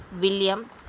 William